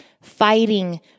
fighting